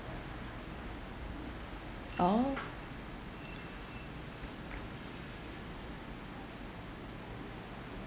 oh